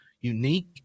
unique